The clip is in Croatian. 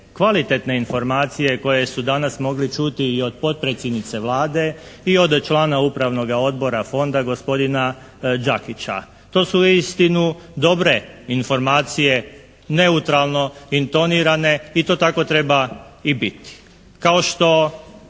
kvalitetne informacije koje su danas mogli čuti i od potpredsjednice Vlade i od člana Upravnoga odbora fonda gospodina Đakića. To su uistinu dobre informacije neutralno intonirane i to tako treba i biti kao što